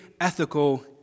ethical